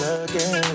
again